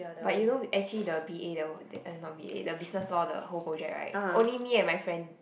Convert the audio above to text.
but you know actually the b_a that were uh not b_a the business law the whole project right only me and my friend